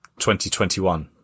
2021